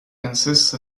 consist